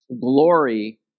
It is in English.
Glory